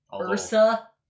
Ursa